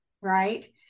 Right